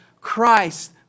Christ